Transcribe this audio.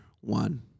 one